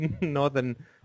northern